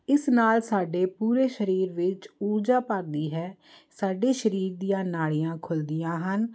ਇਸ ਨਾਲ ਸਾਡੇ ਪੂਰੇ ਸਰੀਰ ਵਿੱਚ ਊਰਜਾ ਭਰਦੀ ਹੈ ਸਾਡੇ ਸਰੀਰ ਦੀਆਂ ਨਾੜੀਆਂ ਖੁੱਲ੍ਹਦੀਆਂ ਹਨ